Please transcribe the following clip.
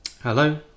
Hello